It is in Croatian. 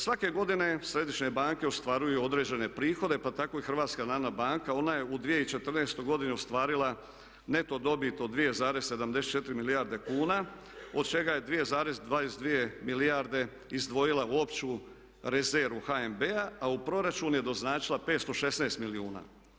Svake godine središnje banke ostvaruju određene prihode pa tako i HNB, ona je u 2014. godini ostvarila neto dobit od 2,74 milijarde kuna od čega je 2,22 milijarde izdvojila u opću rezervu HNB-a a u proračun je doznačila 516 milijuna.